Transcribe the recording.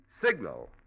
Signal